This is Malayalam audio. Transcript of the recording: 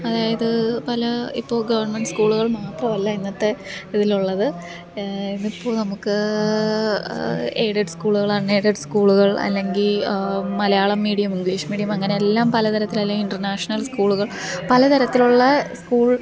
അതായത് പല ഇപ്പോൾ ഗവണ്മെന്റ് സ്കൂളുകള് മാത്രവല്ല ഇന്നത്തെ ഇതിൽ ഉള്ളത് ഇന്നിപ്പോൾ നമുക്ക് എയ്ഡഡ് സ്കൂളുകള് അണ് എയ്ഡഡ് സ്കൂളുകള് അല്ലെങ്കിൽ മലയാളം മീഡിയം ഇംഗ്ലീഷ് മീഡിയം അങ്ങനെ എല്ലാം പല തരത്തിലല്ലെങ്കില് ഇന്റെര്നാഷ്ണല് സ്കൂളുകള് പല തരത്തിലുള്ള സ്കൂള്